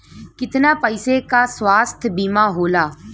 कितना पैसे का स्वास्थ्य बीमा होला?